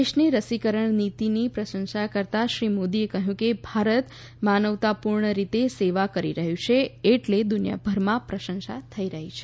દેશની રસીકરણ નીતિની પ્રશંસા કરતાં શ્રી મોદીએ કહ્યું કે ભારત માનવતાપૂર્ણ રીતે સેવા કરી રહ્યું છે એટલે દુનિયાભરમાં પ્રશંસા થઈ રહી છે